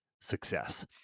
success